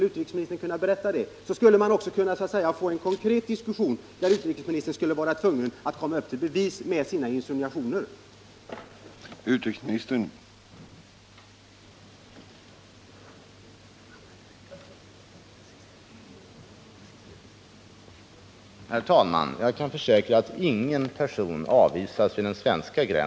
Om utrikesministern ville tala om det, skulle vi kunna få en så att säga konkret diskussion, där utrikesministern skulle vara tvungen att leda sina insinuationer i bevis.